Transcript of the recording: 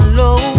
low